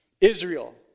Israel